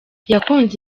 yakunze